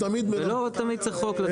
לא תמיד צריך חוק לדברים האלה.